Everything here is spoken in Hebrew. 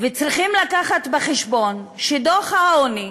וצריכים להביא בחשבון שדוח העוני,